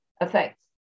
affects